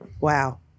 Wow